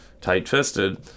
tight-fisted